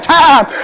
time